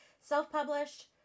self-published